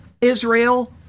Israel